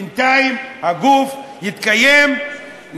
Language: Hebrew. בינתיים הגוף יתקיים,